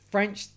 French